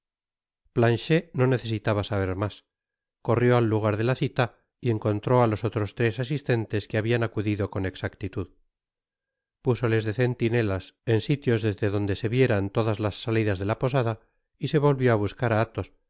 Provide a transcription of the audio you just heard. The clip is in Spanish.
planchet no necesitaba saber mas corrió al lagar de la cita y encontró á los oíros tres asistentes que habian acudido coa exactitud púsoles de centinela en sitios desde donde se vieran todas las salidas de la posada y se volvió á bascar á athos